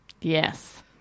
Yes